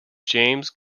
james